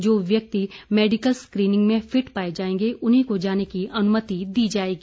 जो व्यक्ति medical screening में फिट पाए जाएंगे उन्हीं को जाने की अनुमति दी जाएगी